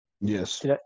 Yes